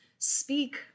speak